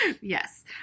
Yes